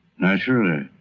naturally.